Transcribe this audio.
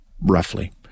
roughly